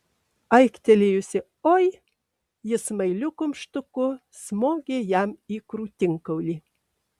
aiktelėjusi oi ji smailiu kumštuku smogė jam į krūtinkaulį